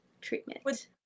treatment